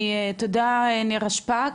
תודה נירה שפק.